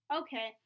okay